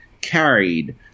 carried